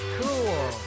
cool